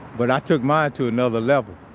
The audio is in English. but i took mine to another level.